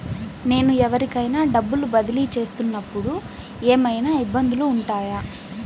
నేను ఎవరికైనా డబ్బులు బదిలీ చేస్తునపుడు ఏమయినా ఇబ్బందులు వుంటాయా?